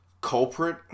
culprit